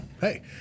hey